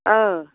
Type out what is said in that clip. औ